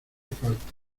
falta